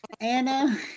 Anna